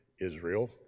Israel